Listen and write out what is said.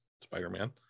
spider-man